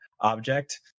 object